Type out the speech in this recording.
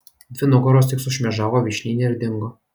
dvi nugaros tik sušmėžavo vyšnyne ir dingo